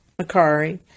Macari